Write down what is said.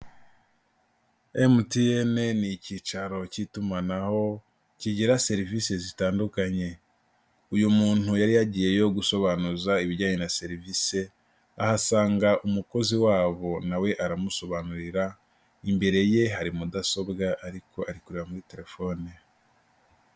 MTN ni icyicaro cy'itumanaho kigira serivise zitandukanye, uyu muntu yari yagiyeyo gusobanuza ibijyanye na serivise ahasanga umukozi wabo na we aramusobanurira, imbere ye hari mudasobwa, ariko ari kureba muri telefone.